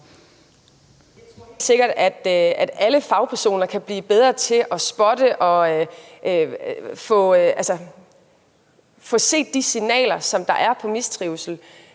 er helt sikkert, at alle fagpersoner kan blive bedre til at spotte og få set de signaler, der er på mistrivsel.